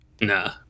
Nah